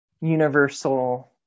universal